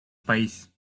país